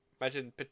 Imagine